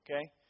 okay